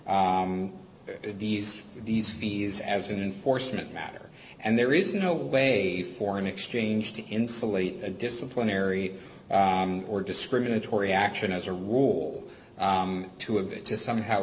these these fees as an unfortunate matter and there is no way for an exchange to insulate a disciplinary or discriminatory action as a rule to of it to somehow